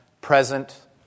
present